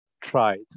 tried